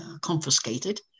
confiscated